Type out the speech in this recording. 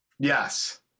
Yes